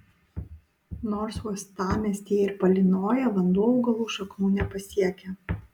nors uostamiestyje ir palynoja vanduo augalų šaknų nepasiekia